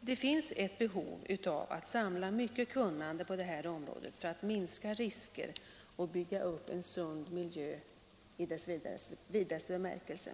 Det finns ett behov av att samla mycket kunnande på det här området för att minska risker och bygga upp en sund miljö i vidaste bemärkelse.